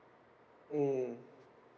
mm